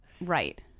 Right